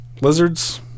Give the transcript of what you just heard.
lizards